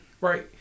Right